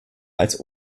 als